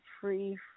free